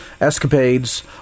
escapades